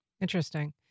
Interesting